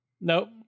Nope